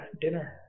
dinner